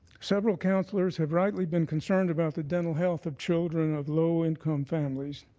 several councilors have rightly been concerned about the dental health of children of low income families.